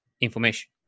information